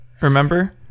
remember